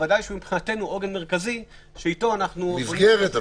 בוודאי שהוא מבחינתנו עוגן מרכזי שאיתו אנחנו יכולים --- מסגרת אפילו.